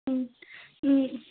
ಹ್ಞೂ ಹ್ಞೂ